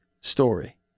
story